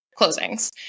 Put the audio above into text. closings